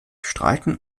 streiten